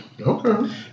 Okay